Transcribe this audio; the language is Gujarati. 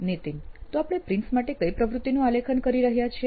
નીતિન તો આપણે પ્રિન્સ માટે કઈ પ્રવૃત્તિનું આલેખન કરી રહ્યા છીએ